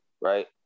right